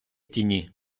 тіні